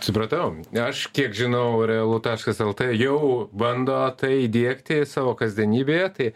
supratau aš kiek žinau realu taškas lt jau bando tai įdiegti savo kasdienybėje tai